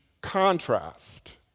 contrast